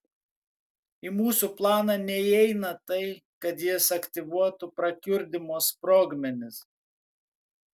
į mūsų planą neįeina tai kad jis aktyvuotų prakiurdymo sprogmenis